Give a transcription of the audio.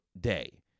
day